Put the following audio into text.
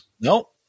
Nope